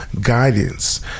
guidance